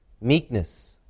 meekness